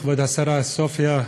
כבוד השרה סופיה,